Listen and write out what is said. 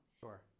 Sure